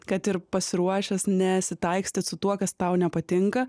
kad ir pasiruošęs nesitaikstyt su tuo kas tau nepatinka